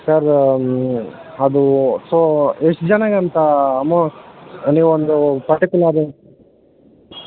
sir ಅದು so ಎಷ್ಟು ಜನಕ್ಕಂತ ಅಮೋ ನೀವೊಂದು ಪರ್ಟಿಕ್ಯುಲರ್